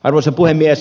arvoisa puhemies